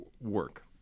work